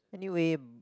anywhere